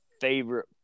favorite